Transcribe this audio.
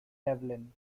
devlin